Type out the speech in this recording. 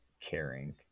caring